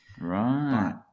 Right